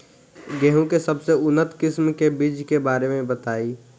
गेहूँ के सबसे उन्नत किस्म के बिज के बारे में बताई?